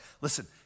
Listen